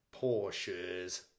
Porsches